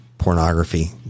Pornography